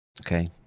okay